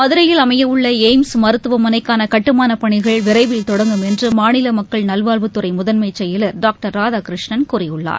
மதுரையில் அமைய உள்ள எய்ம்ஸ் மருத்துவமனைக்கான கட்டுமானப் பணிகள் விரைவில் தொடங்கும் என்று மாநில மக்கள் நல்வாழ்வுத்துறை முதன்மைச் செயலர் டாக்டர் ராதாகிருஷ்ணன் கூறியுள்ளார்